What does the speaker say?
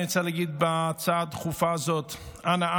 אני רוצה להגיד בהצעה הדחופה הזאת: אנא,